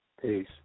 Peace